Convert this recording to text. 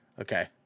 okay